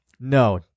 No